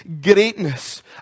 greatness